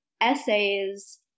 essays